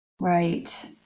Right